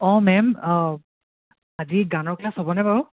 অঁ মেম আজি গানৰ ক্লাছ হ'বনে বাৰু